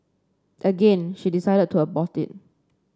again she decided to abort it